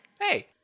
Hey